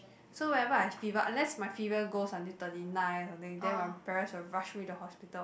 so whenever I have fever unless my fever goes until thirty nine or something then my parents will rush me to hos~